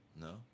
No